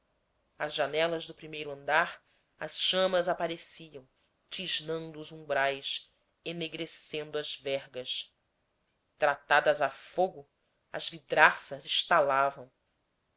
as janelas do primeiro andar as chamas apareciam tisnando os umbrais enegrecendo as vergas tratadas a fogo as vidraças estalavam